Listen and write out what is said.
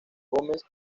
gómez